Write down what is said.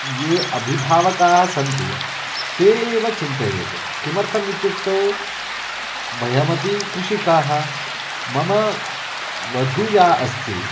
ये अभिभावकाः सन्ति ते एव चिन्तयेयुः किमर्थम् इत्युक्तौ वयमपि कृषिकाः मम वधू या अस्ति